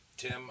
Tim